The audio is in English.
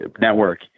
network